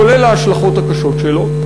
כולל ההשלכות הקשות שלו.